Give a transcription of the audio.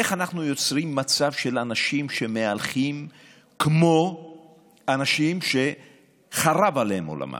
איך אנחנו יוצרים מצב של אנשים שמהלכים כמו אנשים שחרב עליהם עולמם?